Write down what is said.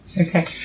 Okay